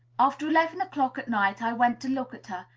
after eleven o'clock at night, i went to look at her,